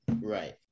Right